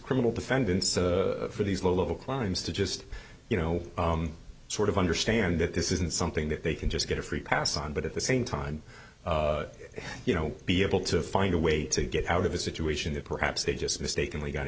criminal defendants for these low level climbs to just you know sort of understand that this isn't something that they can just get a free pass on but at the same time you know be able to find a way to get out of a situation that perhaps they just mistakenly got